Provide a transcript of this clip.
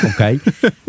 okay